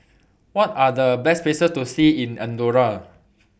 What Are The Best Places to See in Andorra